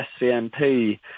SCMP